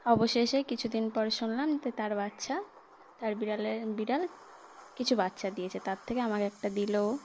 অবশেষেই কিছুদিন পরে শুনলাম ত তার বাচ্চা তার বিড়ালে বিড়াল কিছু বাচ্চা দিয়েছে তার থেকে আমাকে একটা দিলেও